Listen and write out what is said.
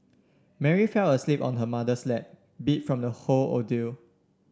Mary fell asleep on her mother's lap beat from the whole ordeal